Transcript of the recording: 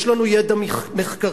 יש לנו ידע מחקרי,